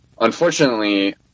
Unfortunately